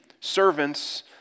servants